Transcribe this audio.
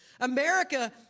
America